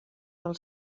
del